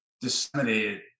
disseminated